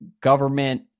government